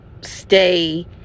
stay